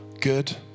good